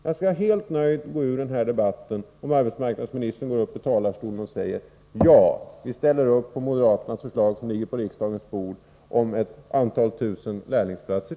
Jag skall helt nöjd lämna den här debatten om arbetsmarknadsministern går upp i talarstolen och säger: Ja, vi ställer upp bakom moderaternas förslag, som ligger på riksdagens bord, om ytterligare några tusen lärlingsplatser.